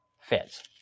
fits